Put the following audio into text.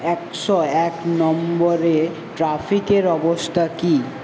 একশো এক নম্বরে ট্রাফিকের অবস্থা কী